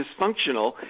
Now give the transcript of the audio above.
dysfunctional